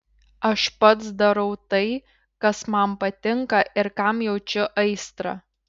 aš pats darau tai kas man patinka ir kam jaučiu aistrą